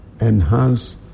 enhance